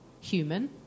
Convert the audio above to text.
Human